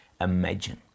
imagine